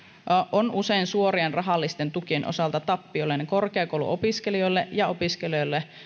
on usein suorien rahallisten tukien osalta tappiollinen korkeakouluopiskelijoille ja opiskelijoille